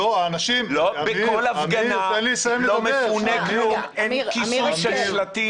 לא, בכל הפגנה לא מפונה כלום, אין כיסוי של שלטים.